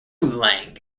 lang